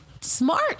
smart